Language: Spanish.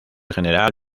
general